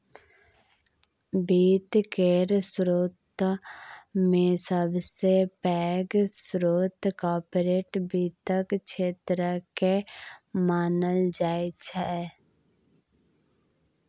वित्त केर स्रोतमे सबसे पैघ स्रोत कार्पोरेट वित्तक क्षेत्रकेँ मानल जाइत छै